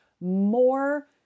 more